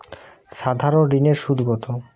সাধারণ ঋণের সুদ কত?